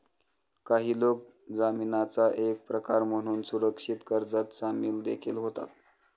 काही लोक जामीनाचा एक प्रकार म्हणून सुरक्षित कर्जात सामील देखील होतात